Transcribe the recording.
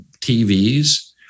TVs